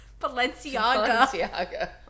Balenciaga